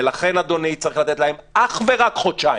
לכן, צריך לתת להם אך ורק חודשיים,